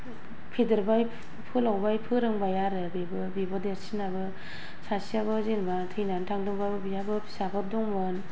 फेदेरबाय फोलावबाय फोरोंबाय आरो बेबो बिब' देरसिनाबो सासेयाबो जेनेबा थैनानै थांदोंबाबो बेहाबो फिसाफोर दंमोन